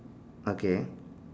okay